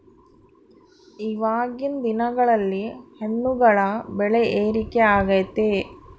ಇವಾಗಿನ್ ದಿನಗಳಲ್ಲಿ ಹಣ್ಣುಗಳ ಬೆಳೆ ಏರಿಕೆ ಆಗೈತೆ